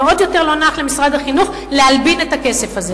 ועוד יותר לא נוח למשרד החינוך להלבין את הכסף הזה,